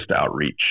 outreach